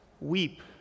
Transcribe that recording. weep